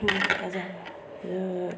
लाइ फाजा